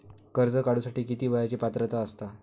कर्ज काढूसाठी किती वयाची पात्रता असता?